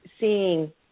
seeing